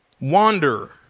wander